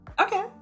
Okay